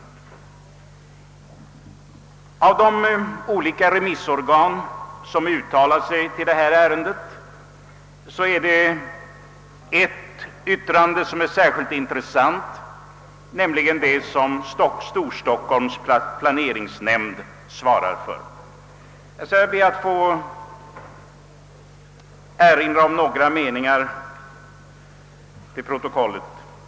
Ja, av de organ som har uttalat sig i ärendet är ett remissyttrande särskilt intressant, nämligen det som «Storstockholms planeringsnämnd svarar för. Jag skall be att här få läsa in några meningar därur i kammarens protokoll.